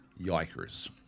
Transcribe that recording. yikers